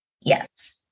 Yes